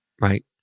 right